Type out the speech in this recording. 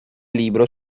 libro